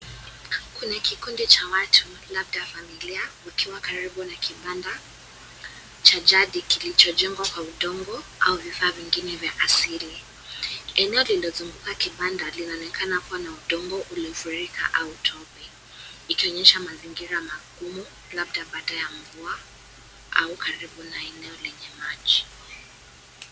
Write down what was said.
Kuna kikundi cha watu, labda familia, wakiwa karibu na kibanda cha jadi kilichojengwa kwa udongo au vifaa vingine vya asili. Eneo lililozunguka kibanda linaonekana kuwa na udongo uliofurika au tobi, ikionyesha mazingira magumu labda baada ya mvua au karibu na eneo lenye maji.